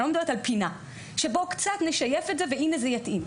אני לא מדברת על פינה שבו קצת נשייף את זה והנה זה יתאים.